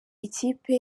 ikipe